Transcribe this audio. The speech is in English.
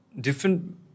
different